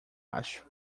acho